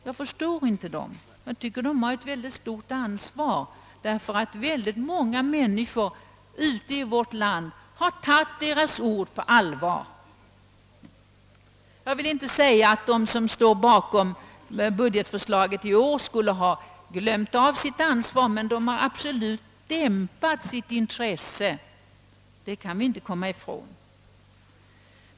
Jag tycker att alla dessa har ett mycket stort ansvar, ty många ute i vårt land har tagit deras ord på allvar. Jag vill inte säga att de som står bakom årets budgetförslag skulle ha glömt sitt ansvar, men de har absolut dämpat sitt intresse — det går inte att komma ifrån.